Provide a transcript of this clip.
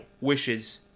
wishes